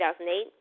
2008